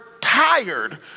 tired